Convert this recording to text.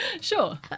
sure